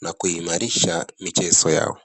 na kuimarisha michezo yao.